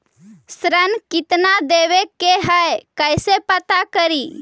ऋण कितना देवे के है कैसे पता करी?